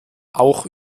auch